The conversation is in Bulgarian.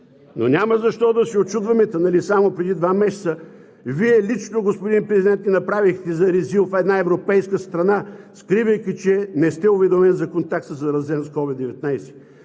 Но няма защо да се учудваме – та нали само преди два месеца Вие лично, господин Президент, направихте за резил в една европейска страна, скривайки, че не сте уведомен за контакт със заразен с COVID-19.